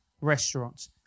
restaurants